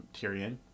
Tyrion